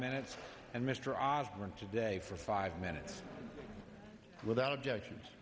minutes and mr ozment today for five minutes without objections